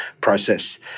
process